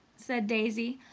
said daisy.